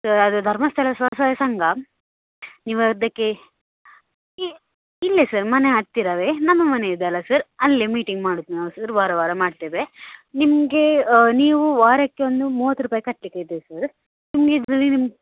sir ಅದು ಧರ್ಮಸ್ಥಳ ಸ್ವಸಹಾಯ ಸಂಘ ನೀವು ಅದಕ್ಕೆ ಇಲ್ಲೇ ಸರ್ ಮನೆ ಹತ್ತಿರವೇ ನಮ್ಮ ಮನೆ ಇದೆಯಲ್ಲ ಸರ್ ಅಲ್ಲೇ ಮೀಟಿಂಗ್ ಮಾಡುದು ನಾವು ಸರ್ ವಾರ ವಾರ ಮಾಡ್ತೇವೆ ನಿಮಗೆ ನೀವು ವಾರಕ್ಕೆ ಒಂದು ಮೂವತ್ತು ರೂಪಾಯಿ ಕಟ್ಟಲಿಕ್ಕೆ ಇದೆ ಸರ್ ನಿಮಗೆ ಇದರಲ್ಲಿ ನಿಮ್ಮ